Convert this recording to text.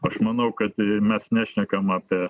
aš manau kad mes nešnekam apie